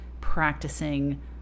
practicing